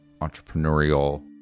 entrepreneurial